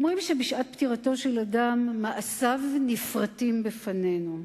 אומרים שבשעת פטירתו של אדם מעשיו נפרטים בפנינו.